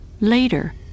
Later